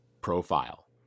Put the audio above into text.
profile